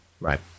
Right